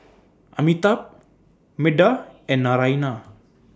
Amitabh Medha and Naraina